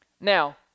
Now